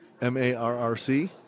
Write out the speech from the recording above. M-A-R-R-C